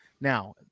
Now